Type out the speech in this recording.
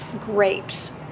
grapes